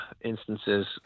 instances